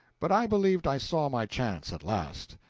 but i believed i saw my chance at last.